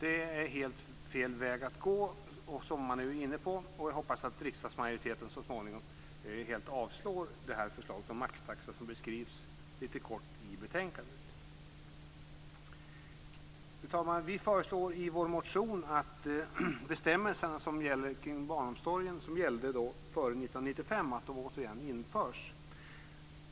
Detta är en helt fel väg att gå, och jag hoppas att riksdagsmajoriteten så småningom avslår förslaget om maxtaxa som beskrivs kort i betänkandet. Fru talman!